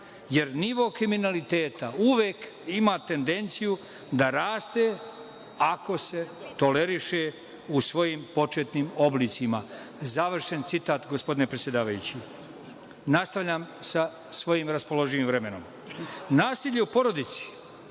jer nivo kriminaliteta uvek ima tendenciju da raste ako se toleriše u svojim početnim oblicima.“ Završen citat, gospodine predsedavajući. Nastavljam sa svojim raspoloživim vremenom. Nasilje